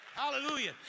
Hallelujah